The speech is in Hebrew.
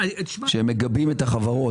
שהם מגבים את החברות.